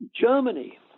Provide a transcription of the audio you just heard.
Germany